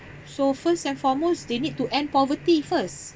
so first and foremost they need to end poverty first